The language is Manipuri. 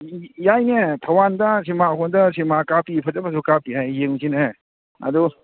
ꯌꯥꯏꯅꯦ ꯊꯧꯕꯥꯜꯗ ꯁꯤꯃꯥ ꯍꯣꯜꯗ ꯁꯤꯃꯥ ꯀꯥꯞꯄꯤ ꯐꯖ ꯐꯖꯕ ꯀꯥꯞꯄꯤ ꯍꯥꯏ ꯌꯦꯡꯉꯨꯁꯤꯅꯦ ꯑꯗꯨ